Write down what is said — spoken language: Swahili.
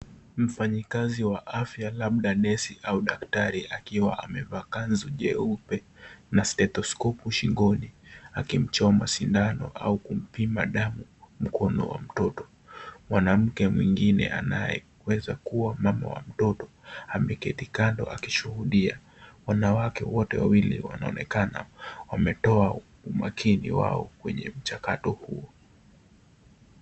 Mfanyikazi wa afya labda nesi au daktari akiwa amevaa kanzu jeupe na stetoscope shingoni akimchoma sindano au kumpima damu mkono wa mtoto. Mwanamke mwingine anayeweza kuwa mama wa watoto ameketi kando akishuhudia. Wanawake wote wawili wanaonekana wametoa umakini wao kwenye mchakato.